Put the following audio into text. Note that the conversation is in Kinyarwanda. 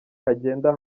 hagenda